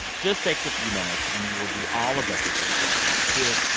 just takes a few minutes. and you will do all of us at this show a big,